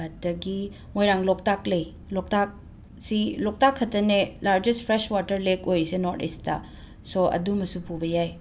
ꯑꯗꯒꯤ ꯃꯣꯏꯔꯥꯡ ꯂꯣꯛꯇꯥꯛ ꯂꯩ ꯂꯣꯛꯇꯥꯛꯁꯤ ꯂꯣꯛꯇꯥꯛꯈꯛꯇꯅꯤ ꯂꯥꯔꯖꯦꯁ ꯐ꯭ꯔꯦꯁ ꯋꯥꯇꯔ ꯂꯦꯛ ꯑꯣꯏꯔꯤꯁꯦ ꯅꯣꯔꯠ ꯏꯁꯇ ꯁꯣ ꯑꯗꯨꯃꯁꯨ ꯄꯨꯕ ꯌꯥꯏ